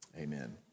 Amen